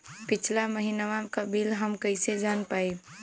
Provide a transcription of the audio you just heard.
पिछला महिनवा क बिल हम कईसे जान पाइब?